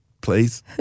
Please